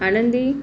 आनंदी